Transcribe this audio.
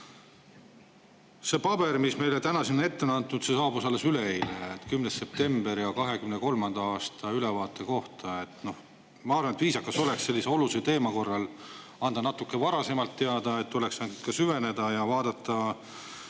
see paber, mis meile täna siin ette on antud, saabus alles üleeile, 10. septembril, ja 2023. aasta ülevaate kohta. Ma arvan, et viisakas oleks sellise olulise teema korral anda natuke varasemalt teada. Siis oleks saanud ka süveneda ja vaadata